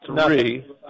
three